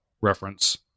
reference